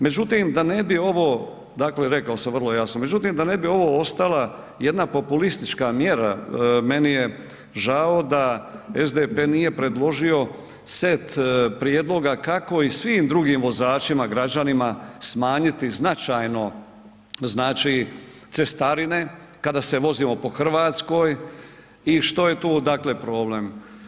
Međutim, da ne bi ovo, dakle rekao sam vrlo jasno, međutim da ne bi ovo ostala jedna populistička mjera, meni je žao da SDP nije predložio set prijedloga kako i svim drugim vozačima građanima smanjiti značajno, znači cestarine kada se vozimo po RH i što je tu dakle problem.